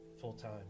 full-time